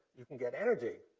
you can get energy,